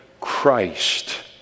Christ